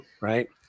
Right